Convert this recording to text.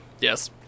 Yes